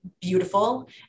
beautiful